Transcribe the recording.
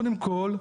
קודם כל,